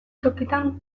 tokitan